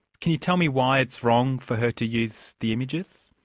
can you tell me why it's wrong for her to use the images?